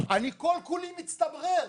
אני כל כולי מצטמרר.